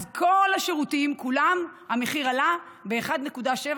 אז בכל השירותים כולם המחיר עלה ב-1.77%.